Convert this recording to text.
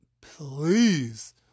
Please